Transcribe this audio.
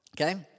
Okay